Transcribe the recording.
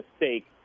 mistake